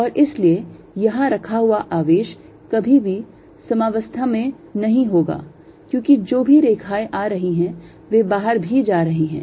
और इसलिए यहां रखा हुआ आवेश कभी भी साम्यवस्था में नहीं होगा क्योंकि जो भी रेखाएं आ रही हैं वे बाहर भी जा रही हैं